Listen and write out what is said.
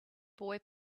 boy